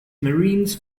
marines